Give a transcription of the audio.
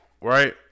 Right